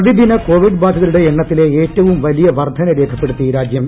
പ്രതിദിന കോവിഡ്ബാധിതരുടെ എണ്ണത്തിലെ ഏറ്റവും വലിയ വർദ്ധന രേഖ്പ്പെടുത്തി രാജ്യം